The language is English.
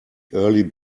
early